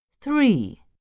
three